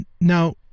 Now